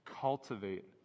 Cultivate